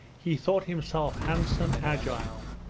he thought himself handsome, agile,